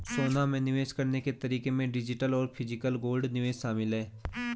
सोना में निवेश करने के तरीके में डिजिटल और फिजिकल गोल्ड निवेश शामिल है